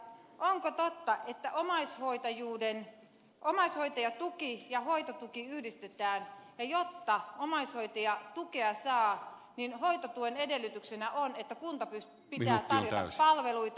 onko totta että omaishoitajatuki ja hoitotuki yhdistetään ja jotta omaishoitaja tukea saa hoitotuen edellytyksenä on että kunnan pitää tarjota palveluita